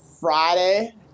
Friday